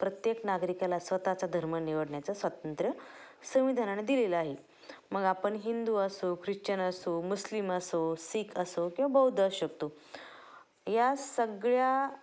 प्रत्येक नागरिकाला स्वतःचा धर्म निवडण्याचा स्वातंत्र्य संविधानाने दिलेलं आहे मग आपण हिंदू असो ख्रिश्चन असो मुस्लिम असो सीख असो किंवा बौद्ध अ शकतो या सगळ्या